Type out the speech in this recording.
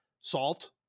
salt